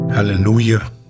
Hallelujah